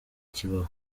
kibaho